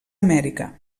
amèrica